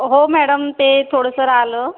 हो मॅडम ते थोडंसं राहिलं